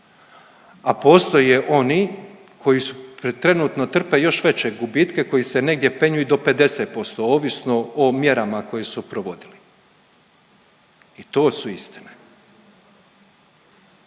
a postoje oni koji su trenutno trpe još veće gubitke koji se negdje penju i do 50%, ovisno o mjerama koje su provodili. I to su istine.